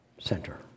center